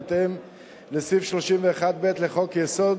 בהתאם לסעיף 31(ב) לחוק-יסוד: